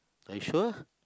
are you sure